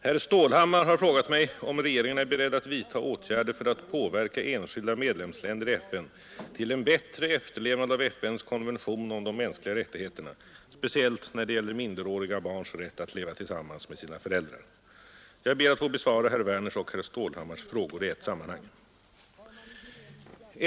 Herr Stålhammar har frågat mig om regeringen är beredd att vidtaga åtgärder för att påverka enskilda medlemsländer i FN till en bättre efterlevnad av FN:s konvention om de mänskliga rättigheterna, speciellt när det gäller minderåriga barns rätt att leva tillsammans med sina föräldrar. Jag ber att få besvara herr Werners och herr Stålhammars frågor i ett sammanhang.